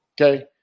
Okay